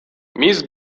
mise